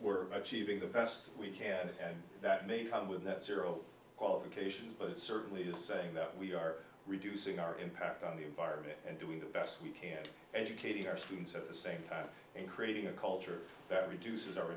we're achieving the best we can and that made with net zero qualifications but it certainly is saying that we are reducing our impact on the environment and doing the best we can to educating our students at the same time and creating a culture that reduces our